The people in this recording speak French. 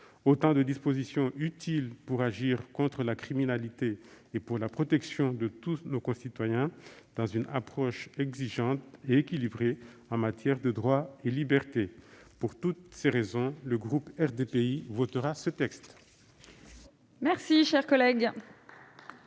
Autant de dispositions utiles pour agir contre la criminalité et protéger tous nos concitoyens, dans une approche exigeante et équilibrée en matière de droits et libertés. Pour toutes ces raisons, le groupe RDPI votera ce texte. Conformément